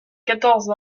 quatorze